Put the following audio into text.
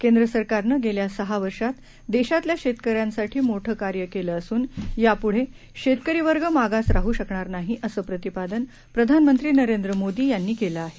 केंद्रसरकारनं गेल्या सहा वर्षात देशातल्या शेतकऱ्यांसाठी मोठं कार्य केलं असून यापुढे शेतकरी वर्ग मागास राहु शकणार नाही असं प्रतिपादन प्रधानमंत्री नरेंद्र मोदी यांनी केलं आहे